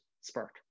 spurt